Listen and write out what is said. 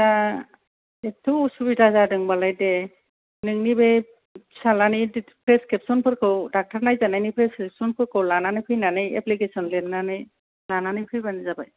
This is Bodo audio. दा एदथ' असुबिदा जादोंबालाय दे नोंनि बै फिसाज्लानि प्रेसक्रिप्स'नफोरखौ डक्ट'र नायजानायनि प्रेसक्रिप्स'नफोरखौ लानानै फैनानै एप्लिकेसन लिरनानै लानानै फैबानो जाबाय